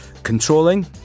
controlling